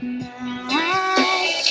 night